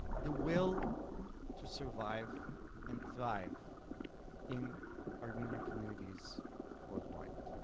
the will to survive and thrive in armenian communities worldwide.